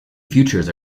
futures